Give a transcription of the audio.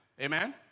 amen